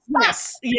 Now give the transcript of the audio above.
yes